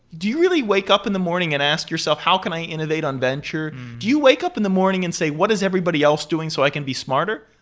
do really wake up in the morning and ask yourself, how can i innovate on venture? do you wake up in the morning and say, what does everybody else doing so i can be smarter?